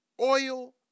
oil